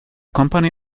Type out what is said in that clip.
company